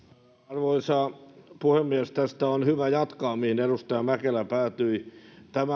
arvoisa puhemies tästä on hyvä jatkaa mihin edustaja mäkelä päätyi